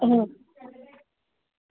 आं